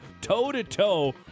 toe-to-toe